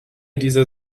dieser